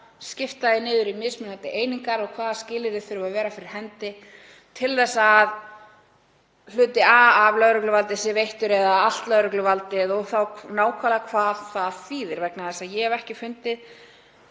skipta því niður í mismunandi einingar og hvaða skilyrði þurfi að vera fyrir hendi til að hluti af lögregluvaldi sé veittur eða allt lögregluvaldið, og þá nákvæmlega hvað það þýðir. Ég hef ekki fundið